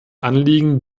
anliegen